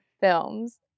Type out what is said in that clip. films